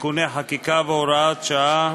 (תיקוני חקיקה והוראת שעה),